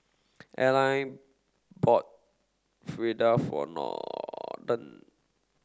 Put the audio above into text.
Arline bought Fritada for Norton